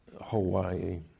Hawaii